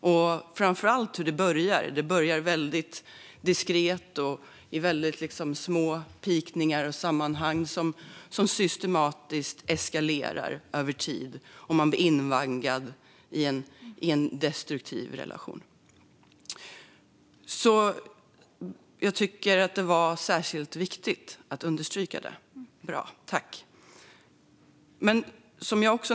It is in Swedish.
Det gäller framför allt hur det börjar. Det börjar diskret, med små pikningar och i vissa sammanhang, och det eskalerar systematiskt över tid, och man blir invaggad i en destruktiv relation. Det var särskilt viktigt och bra att du underströk det. Tack!